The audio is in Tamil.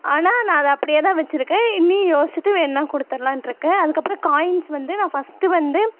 ஆனால் நான் அதை அப்படியே தான் வச்சுருக்கேன் இன்னியும் யோசிச்சுட்டு வேணும்னா கொடுத்தட்லான்னு இருக்கேன் அதுக்கப்புறம் காயின்ஸ் வந்து நான் ஃபஸ்ட்டு வந்து